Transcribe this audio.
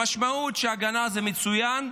המשמעות היא שהגנה זה מצוין,